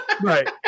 Right